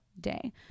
day